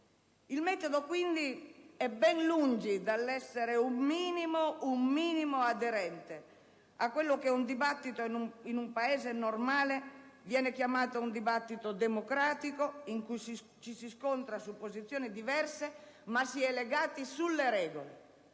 Il metodo, quindi, è ben lungi dell'essere un minimo aderente a quello che in un Paese normale viene definito un dibattito democratico, in cui ci si scontra su posizioni diverse, ma si è legati sulle regole